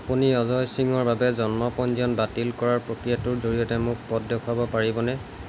আপুনি অজয় সিংৰ বাবে জন্ম পঞ্জীয়ন বাতিল কৰাৰ প্ৰক্ৰিয়াটোৰ জৰিয়তে মোক পথ দেখুৱাব পাৰিবনে